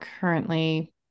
currently